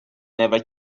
never